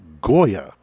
Goya